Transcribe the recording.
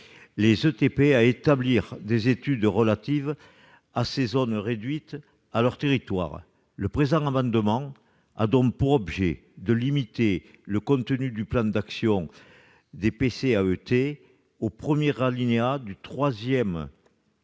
les EPT à réaliser des études relatives à des ZFE réduites à leurs territoires. Le présent amendement a donc pour objet de limiter le contenu du plan d'action des PCAET au premier alinéa du 3°